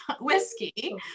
whiskey